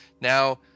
Now